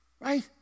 right